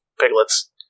piglets